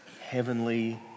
heavenly